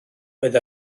oedd